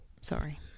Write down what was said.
Sorry